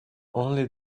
only